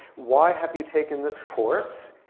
why have you taken this course?